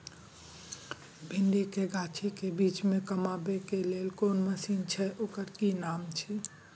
भिंडी के गाछी के बीच में कमबै के लेल कोन मसीन छै ओकर कि नाम छी?